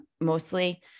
mostly